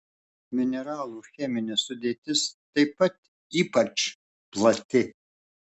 mineralų cheminė sudėtis taip pat ypač plati